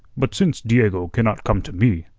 but since diego cannot come to me,